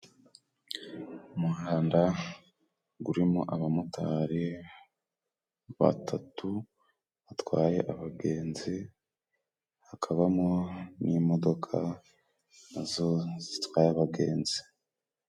Umuhanda urimo abamotari batatu batwaye abagenzi, hakaba mo n'imodoka nazo zitwaye abagenzi.